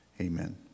Amen